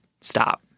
stop